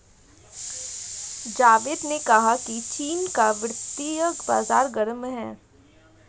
जावेद ने कहा कि चीन का वित्तीय बाजार गर्म है